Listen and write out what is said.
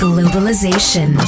Globalization